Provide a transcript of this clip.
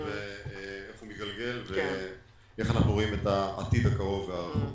ואיך הוא מתגלגל ואיך אנחנו רואים את העתיד הקרוב והרחוק.